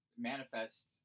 *Manifest*